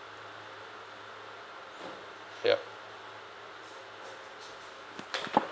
ya